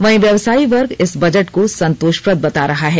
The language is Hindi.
वहीं व्यवसाई वर्ग इस बजट को संतोषप्रद बता रहा है